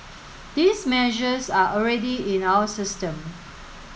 these measures are already in our system